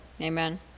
Amen